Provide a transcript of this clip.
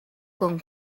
con